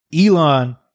Elon